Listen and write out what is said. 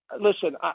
listen